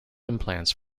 implants